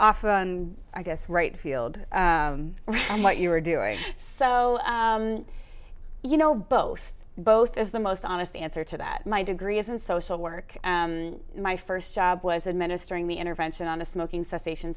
off i guess right field and what you were doing so you know both both as the most honest answer to that my degree is in social work my first job was administering the intervention on the smoking cessation